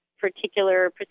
particular